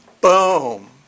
boom